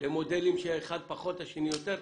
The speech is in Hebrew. למודלים שאחד פחות, השני יותר.